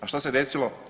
A što se desilo?